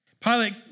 Pilate